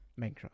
Minecraft